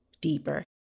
deeper